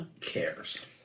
cares